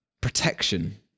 protection